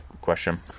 question